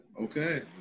okay